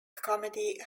comedy